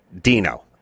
Dino